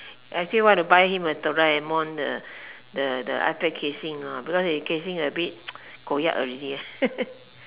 I still want to buy him a Doraemon the the the iPad casing ah because his casing a bit koyak already